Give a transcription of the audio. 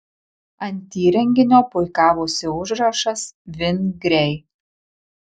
ant įrenginio puikavosi užrašas vingriai